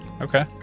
Okay